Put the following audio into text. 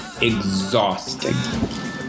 exhausting